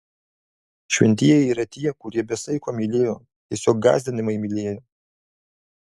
šventieji yra tie kurie be saiko mylėjo tiesiog gąsdinamai mylėjo